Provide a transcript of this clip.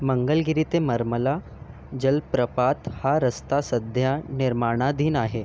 मंगलगिरी ते मर्मला जलप्रपात हा रस्ता सध्या निर्माणाधीन आहे